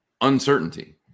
uncertainty